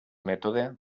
mètode